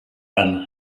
and